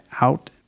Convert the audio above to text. out